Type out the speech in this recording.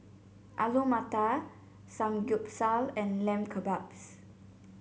Alu Matar Samgyeopsal and Lamb Kebabs